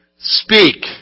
Speak